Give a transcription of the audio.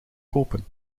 kopen